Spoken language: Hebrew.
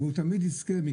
והוא תמיד יזכה.